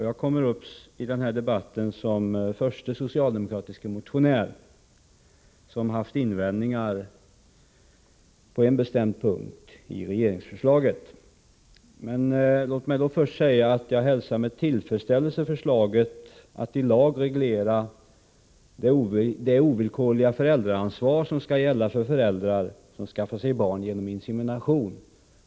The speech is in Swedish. Jag kommer upp i denna debatt såsom förste socialdemokratisk motionär som har haft invändningar på en bestämd punkt i regeringsförslaget. Jag hälsar med tillfredsställelse förslaget att i lag reglera det ovillkorliga föräldraansvar som skall gälla för föräldrar som skaffar sig barn genom insemination.